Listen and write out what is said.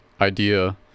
idea